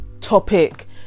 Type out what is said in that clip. topic